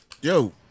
yo